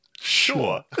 sure